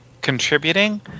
contributing